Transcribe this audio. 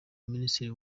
minisitiri